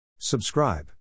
Subscribe